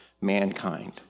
mankind